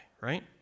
right